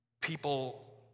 People